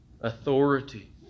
authority